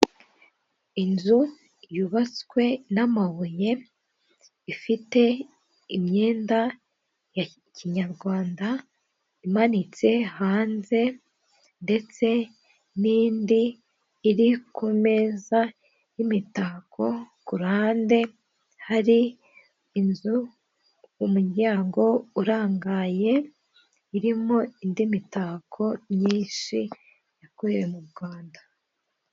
Inzu yubatswe n'amabuye ifite imyenda ya kinyarwanda imanitse hanze ndetse n'indi iri kumezaza y'imitako, kuruhande hari inzu umuryango urangaye irimo indi mitako myinshi yakorewe m'u Rwanda.